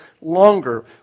longer